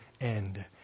end